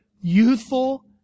youthful